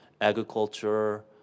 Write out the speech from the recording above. agriculture